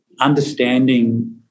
understanding